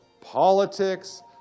politics